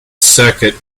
circuit